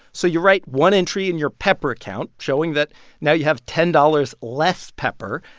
so you write one entry in your pepper account showing that now you have ten dollars less pepper,